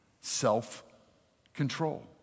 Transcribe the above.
self-control